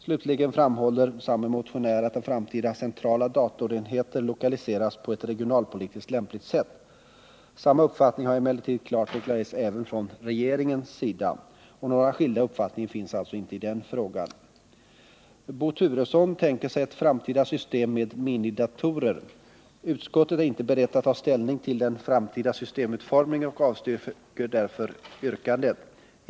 Slutligen framhåller samme motionär att framtida centrala datorenheter bör lokaliseras på ett regionalpolitiskt lämpligt sätt. Samma uppfattning har emellertid klart deklarerats även från regeringens sida. Några skilda uppfattningar finns alltså inte i den frågan. Bo Turesson tänker sig ett framtida system med minidatorer. Utskottet är inte berett att ta ställning till den framtida systemutformningen och avstyrker därför yrkandet.